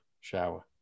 shower